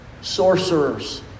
sorcerers